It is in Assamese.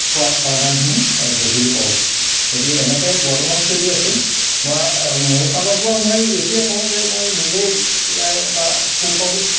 পা প্ৰাণায়ামখিনি গধূলি কৰোঁ গতিকে এনেকৈ বৰ্তমান চলি আছোঁ মই মোৰ ফালৰ পৰা মই এইটোৱে কওঁ যে মই নিজেই ইয়াৰ এটা সুফল